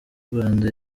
rwanda